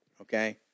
okay